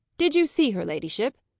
did you see her ladyship?